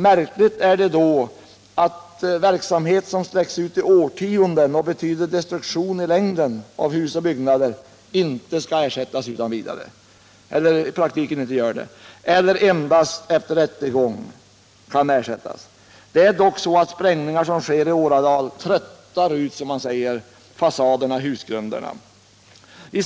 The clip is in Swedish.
Då är det märkligt att verksamhet som pågår i årtionden och som i längden innebär destruktion av byggnader inte ersätts utan vidare, utan endast efter rättegång. Det är dock så, att sprängningar som pågår i åratal ”tröttar ut” fasaderna och husgrunderna. I